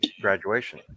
graduation